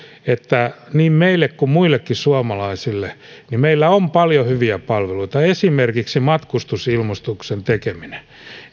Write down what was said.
että niin meille kuin muillekin suomalaisille meillä on paljon hyviä palveluita esimerkiksi matkustusilmoituksen tekeminen